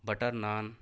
butter naan